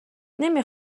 نمی